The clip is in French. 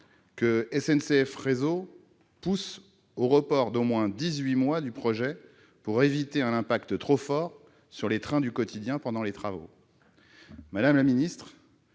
que SNCF Réseau pousse au report d'au moins dix-huit mois du projet, pour éviter un impact trop fort sur les trains du quotidien pendant les travaux. Madame la ministre,